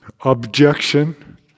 objection